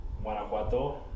Guanajuato